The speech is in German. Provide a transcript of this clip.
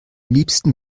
liebsten